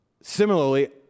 Similarly